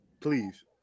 please